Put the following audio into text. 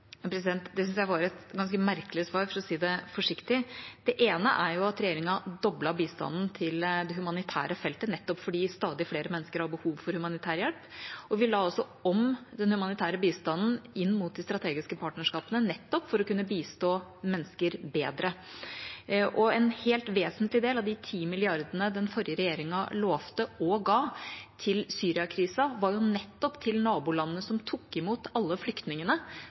Det synes jeg var et ganske merkelig svar – for å si det forsiktig. Det ene er jo at regjeringa doblet bistanden til det humanitære feltet nettopp fordi stadig flere mennesker har behov for humanitær hjelp. Vi la om den humanitære bistanden inn mot de strategiske partnerskapene nettopp for å kunne bistå mennesker bedre. En helt vesentlig del av de 10 mrd. kr den forrige regjeringa lovte – og ga – til Syria-krisen, var nettopp til nabolandene som tok imot alle flyktningene,